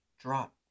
drop